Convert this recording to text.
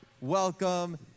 Welcome